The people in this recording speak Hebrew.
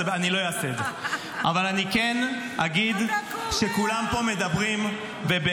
אני לא אעשה את זה, אבל אני כן אגיד -- אתה קורע.